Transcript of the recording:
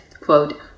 quote